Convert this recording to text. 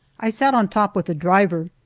i sat on top with the driver,